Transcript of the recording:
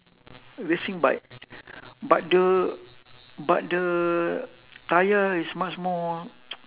racing bike but the but the tyre is much more